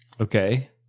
Okay